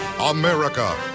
America